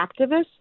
activists